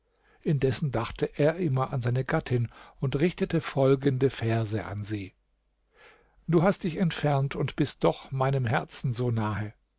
indessen dachte er immer an seine gattin und richtete folgende verse an sie du hast dich entfernt und bist doch meinem herzen so nahe